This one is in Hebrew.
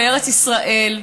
בארץ ישראל,